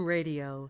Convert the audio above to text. Radio